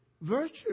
virtue